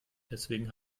deswegen